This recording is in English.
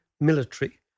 military